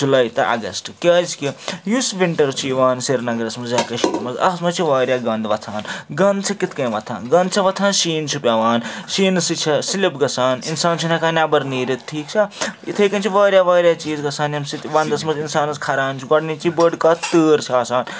جُلائی تہٕ اَگسٹہٕ کیٛازِکہِ یُس وِنٛٹَر چھُ یِوان سرینگرَس مَنٛز یا کٔشیٖرِ مَنٛز اَتھ منٛز چھِ واریاہ گَنٛد وۄتھان گَنٛد چھِ کِتھٕ کٔنۍ وۄَتھان گَنٛد چھِ وۄتھان شیٖن چھُ پٮ۪وان شیٖنہٕ سۭتۍ چھےٚ سِلِپ گژھان اِنسان چھُنہٕ ہٮ۪کان نٮ۪بَر نیٖرِتھ ٹھیٖک چھا اِتھَے کٔنۍ چھِ واریاہ واریاہ چیٖز گژھان ییٚمہِ سۭتۍ وَنٛدَس منٛز اِنسانَس کھَران چھِ گۄڈنِچی بٔڈ کَتھ تۭر چھِ آسان